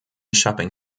shopping